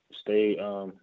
stay